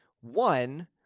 one